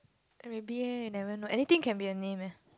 then maybe leh you never know anything can be a name leh